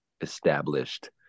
established